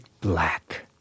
Black